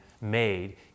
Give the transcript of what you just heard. made